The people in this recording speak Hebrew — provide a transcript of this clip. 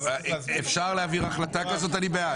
אפשר להעביר החלטה כזו, אני בעד.